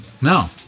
No